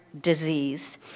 disease